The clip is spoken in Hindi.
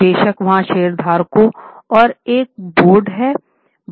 बेशक वहाँ शेयरधारकों और एक बोर्ड है